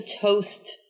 toast